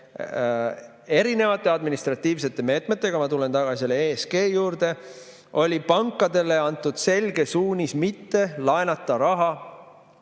erinevate administratiivsete meetmetega – ma tulen tagasi selle ESG juurde – oli pankadele antud selge suunis mitte laenata raha